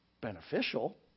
beneficial